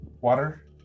water